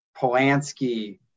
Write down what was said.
Polanski